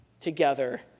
together